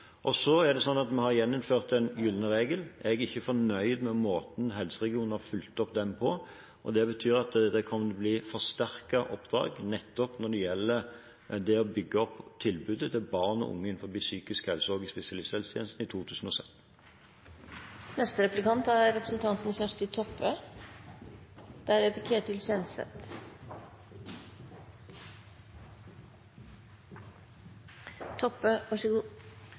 gjøre. Så er det sånn at vi har gjeninnført den gylne regel. Jeg er ikke fornøyd med måten helseregionene har fulgt opp den på. Det betyr at det kommer til å bli forsterket oppdrag når det gjelder å bygge opp tilbudet til barn og unge innenfor psykisk helse og i spesialisthelsetjenesten i 2017. Barns bruk av legemiddel inneber fleire og større risikomoment enn hos vaksne. Frå nyttår er